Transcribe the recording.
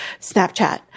Snapchat